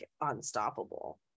unstoppable